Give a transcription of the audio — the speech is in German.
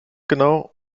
genau